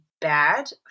bad